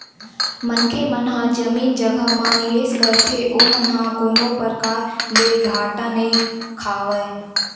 मनखे मन ह जमीन जघा म निवेस करथे ओमन ह कोनो परकार ले घाटा नइ खावय